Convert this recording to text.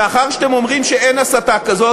מאחר שאתם אומרים שאין הסתה כזאת,